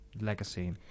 legacy